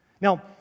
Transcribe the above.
Now